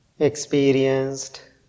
Experienced